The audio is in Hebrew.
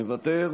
מוותר,